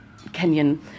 Kenyan